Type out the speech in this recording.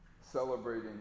celebrating